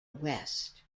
west